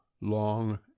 long